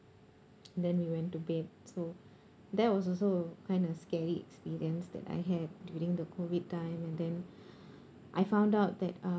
then we went to bed so that was also kind of scary experience that I had during the COVID time and then I found out that uh